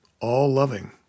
All-loving